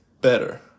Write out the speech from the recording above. better